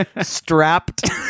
strapped